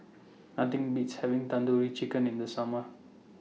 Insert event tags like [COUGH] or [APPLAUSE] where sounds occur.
[NOISE] Nothing Beats having Tandoori Chicken in The Summer